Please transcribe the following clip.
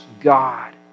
God